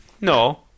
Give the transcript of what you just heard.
no